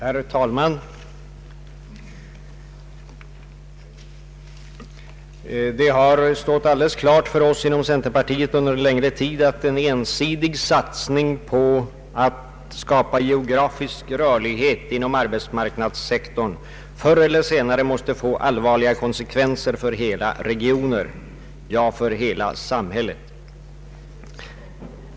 Herr talman! Det har under en längre tid framstått alldeles klart för oss inom centerpartiet att en ensidig satsning på att skapa geografisk rörlighet inom arbetsmarknadssektorn förr eller senare måste få allvarliga konsekvenser för hela regioner, ja, för hela samhället.